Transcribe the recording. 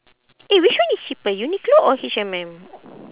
eh which one is cheaper Uniqlo or H&M